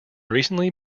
recently